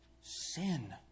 Sin